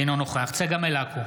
אינו נוכח צגה מלקו,